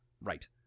Right